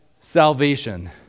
salvation